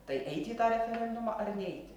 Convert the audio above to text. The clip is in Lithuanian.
tai eiti į tą referendumą ar neiti